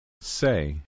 Say